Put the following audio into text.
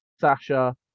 Sasha